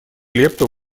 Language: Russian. лепту